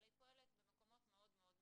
אלא היא פועלת במקומות מאוד מאוד מסוימים.